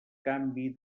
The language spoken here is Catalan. canvi